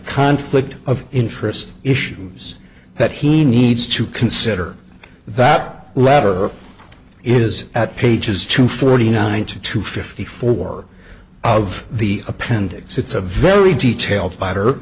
conflict of interest issues that he needs to consider that latter is at pages two forty nine to two fifty four of the appendix it's a very detailed